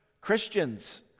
christians